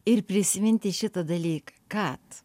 ir prisiminti šitą dalyką kad